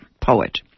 poet